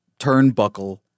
turnbuckle